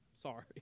Sorry